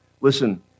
Listen